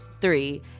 three